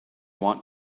want